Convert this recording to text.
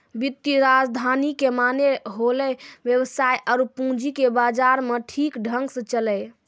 वित्तीय राजधानी के माने होलै वेवसाय आरु पूंजी के बाजार मे ठीक ढंग से चलैय